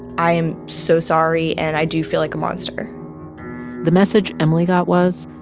i am so sorry. and i do feel like a monster the message emily got was,